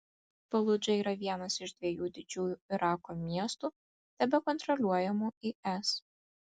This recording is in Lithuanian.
faludža yra vienas iš dviejų didžiųjų irako miestų tebekontroliuojamų is